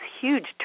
huge